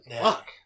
fuck